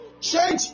change